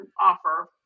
offer